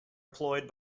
employed